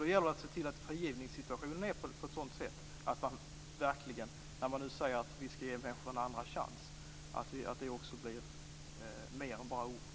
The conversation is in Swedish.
Det gäller att se till att frigivningssituationen är sådan att en andra chans blir mer än bara ord.